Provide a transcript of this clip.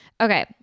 Okay